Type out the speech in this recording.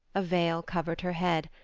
a veil covered her head,